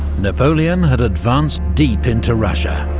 napoleon had advanced deep into russia,